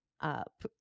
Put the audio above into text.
up